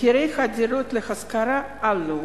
מחירי הדירות להשכרה עלו.